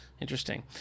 Interesting